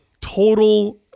total